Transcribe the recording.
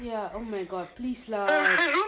ya oh my god please lah